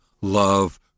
love